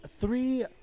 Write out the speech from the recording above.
three